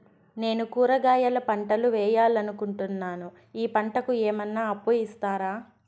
నేను కూరగాయల పంటలు వేయాలనుకుంటున్నాను, ఈ పంటలకు ఏమన్నా అప్పు ఇస్తారా?